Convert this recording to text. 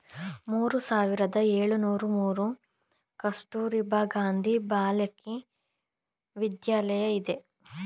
ಮೂರು ಸಾವಿರದ ಏಳುನೂರು ಮೂರು ಕಸ್ತೂರಬಾ ಗಾಂಧಿ ಬಾಲಿಕ ವಿದ್ಯಾಲಯ ಇದೆ